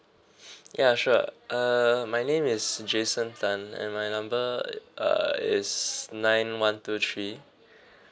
ya sure err my name is jason tan and my number uh is nine one two three